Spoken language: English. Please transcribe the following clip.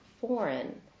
foreign